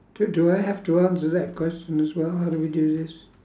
do do I have to answer that question as well how do we do this